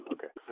Okay